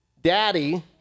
Daddy